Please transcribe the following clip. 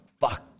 fuck